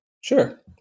Sure